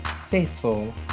faithful